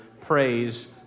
praise